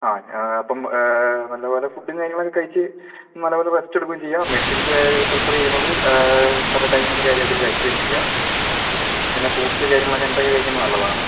ആ ഞാൻ അപ്പം നല്ല പോലെ ഫുഡും കാര്യങ്ങളും ഒക്കെ കഴിച്ച് നല്ല പോലെ റെസ്റ്റ് എടുക്കുകയും ചെയ്യുക മെഡിസിൻസ് പ്രിഫെർ ചെയ്യുന്നത് കുറേ ടൈമിന് കാര്യായിട്ട് കഴിക്കുകയും ചെയ്യുക പിന്നെ ഫ്രൂട്ട്സ് കാര്യങ്ങൾ അങ്ങനത്ത ഒക്കെ കഴിക്കുന്നത് നല്ലതാണ്